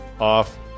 off